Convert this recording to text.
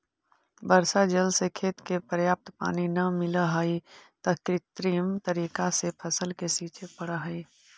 वर्षा जल से खेत के पर्याप्त पानी न मिलऽ हइ, त कृत्रिम तरीका से फसल के सींचे पड़ऽ हइ